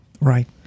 Right